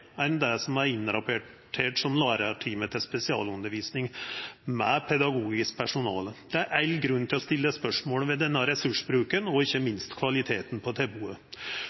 enn det som er innrapportert som lærartimar til spesialundervisning med pedagogisk personale. Det er all grunn til å stilla spørsmål ved denne ressursbruken og ikkje minst kvaliteten på tilbodet.